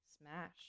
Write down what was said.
Smash